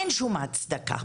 אין שום הצדקה.